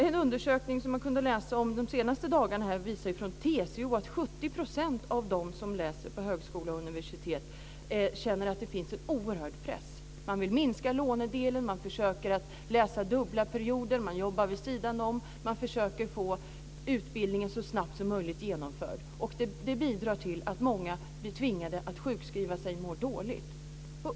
En undersökning från TCO som har kommit de senaste dagarna visar att 70 % av dem som läser på högskola och universitet känner en oerhörd press. De vill minska lånedelen, de försöker att läsa dubbelt, de jobbar vid sidan om, de försöker att genomföra utbildningen så snabbt som möjligt. Det bidrar till att många mår dåligt och tvingas sjukskriva sig.